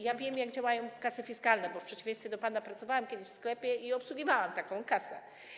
Ja wiem, jak działają kasy fiskalne, bo w przeciwieństwie do pana pracowałam kiedyś w sklepie i obsługiwałam taką kasę.